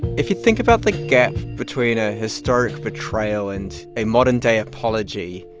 if you think about the gap between a historic betrayal and a modern-day apology,